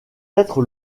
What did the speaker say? être